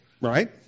Right